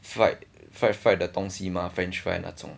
fried fried fried 的东西吗 french fry 那种